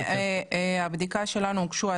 כשאני משווה